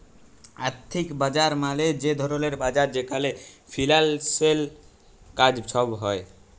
আথ্থিক বাজার মালে যে ধরলের বাজার যেখালে ফিল্যালসের কাজ ছব হ্যয়